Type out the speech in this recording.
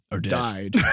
died